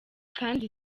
kandi